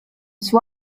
suo